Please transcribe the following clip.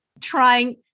trying